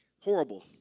horrible